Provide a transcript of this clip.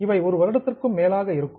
இவை ஒரு வருடத்திற்கும் மேலாக இருக்கும்